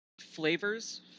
flavors